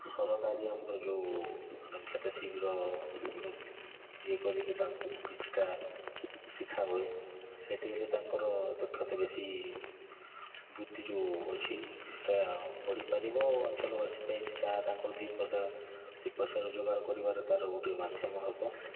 ସରକାରୀ ଆମର ଯେଉଁ ଦକ୍ଷତା ଶିବିର ଯେଉଁ ଇଏ କରିକି ତାଙ୍କୁ କିଛିଟା ଶିଖା ହୁଏ ସେଇଠି ହେଲେ ତାଙ୍କର ଦକ୍ଷତା ବେଶୀ ବୃତ୍ତି ଯେଉଁ ଅଛି ସେଇଟା ବଢ଼ିପାରିବ ଅଞ୍ଚଳବାସୀ ପାଇଁ ତାଙ୍କର ସେଇଟା ଦୁଇ ପଇସା ଦୁଇ ପଇସା ରୋଜଗାର କରିବାର ତା'ର ଗୋଟେ ମାଧ୍ୟମ ହେବ